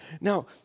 Now